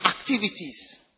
activities